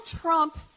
Trump